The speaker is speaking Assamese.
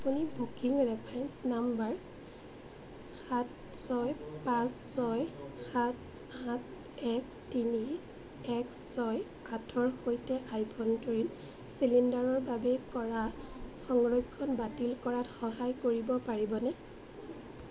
আপুনি বুকিং ৰেফাৰেঞ্চ নাম্বাৰ সাত ছয় পাঁচ ছয় সাত আঠ এক তিনি এক ছয় আঠৰ সৈতে আভ্যন্তৰীণ চিলিণ্ডাৰৰ বাবে কৰা সংৰক্ষণ বাতিল কৰাত সহায় কৰিব পাৰিবনে